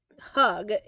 hug